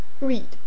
Read